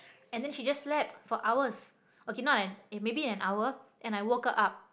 and then she just slept for hours okay not an maybe an hour and I woke her up